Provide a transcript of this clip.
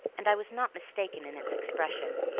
and i was not mistaken in its expression.